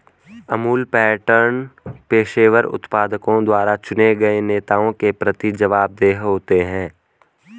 Amul pattern पेशेवर उत्पादकों द्वारा चुने गए नेताओं के प्रति जवाबदेह होते हैं